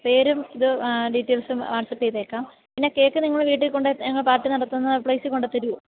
പേരും ഇത് ഡീറ്റെയിൽസും വാട്സപ്പ് ചെയ്തേക്കാം പിന്നെ കേക്ക് നിങ്ങൾ വീട്ടിൽ കൊണ്ടു പോയി ഞങ്ങൾ പാർട്ടി നടത്തുന്ന പ്ലെയ്സിൽ കൊണ്ടു തരുമോ